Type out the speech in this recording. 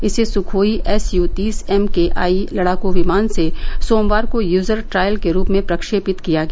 इसे Sukhoi S U तीस M K I लड़ाकू विमान से सोमवार को यूजर ट्रायल के रूप में प्रक्षेपित किया गया